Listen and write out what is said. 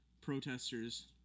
Protesters